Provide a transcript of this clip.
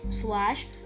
Slash